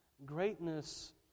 Greatness